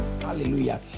Hallelujah